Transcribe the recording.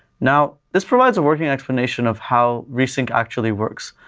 now, this provides a working explanation of how re-sync actually works.